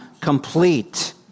complete